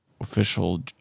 official